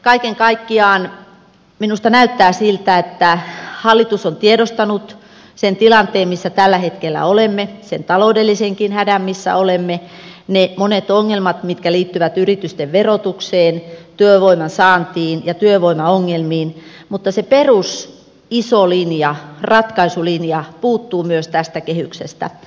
kaiken kaikkiaan minusta näyttää siltä että hallitus on tiedostanut sen tilanteen jossa tällä hetkellä olemme sen taloudellisenkin hädän jossa olemme ne monet ongelmat jotka liittyvät yritysten verotukseen työvoiman saantiin ja työvoimaongelmiin mutta se iso perusratkaisulinja puuttuu myös tästä kehyksestä